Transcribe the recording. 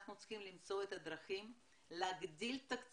אנחנו צריכים למצוא את הדרכים להגדיל תקציבים,